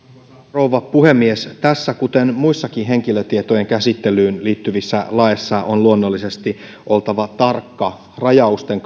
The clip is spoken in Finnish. rouva puhemies tässä kuten muissakin henkilötietojen käsittelyyn liittyvissä laeissa on luonnollisesti oltava tarkka rajausten